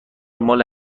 مال